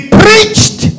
preached